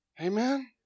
Amen